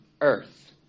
earth